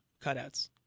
cutouts